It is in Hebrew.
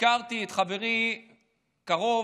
ביקרתי את חברי הקרוב,